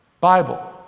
Bible